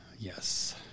Yes